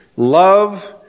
Love